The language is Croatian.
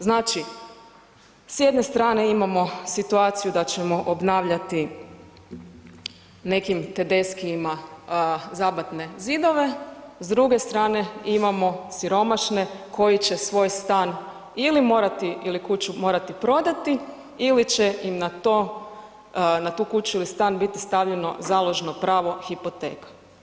Znači s jedne strane imamo situaciju da ćemo obnavljati neki TEdeschiima neke zabatne zidove, s druge strane imamo siromašne koji će svoj stan ili kuću morati prodati ili će im na tu kuću ili stan biti stavljeno založno pravo hipoteka.